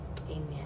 Amen